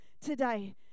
today